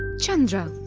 chandra,